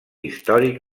històric